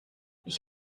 ich